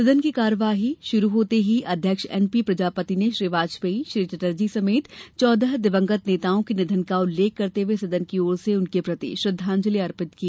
सदन की कार्यवाही शुरू होते ही अध्यक्ष एन पी प्रजापति ने श्री वाजपेयी श्री चटर्जी समेत चौदह दिवंगत नेताओं के निधन का उल्लेख करते हुए सदन की ओर से उनके प्रति श्रद्वांजलि अर्पित की